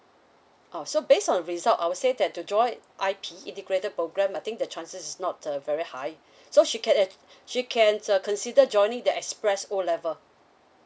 uh so based on results I would say that to join I_P integrated program I think the chances is not the very high so she can she can consider joining the express O level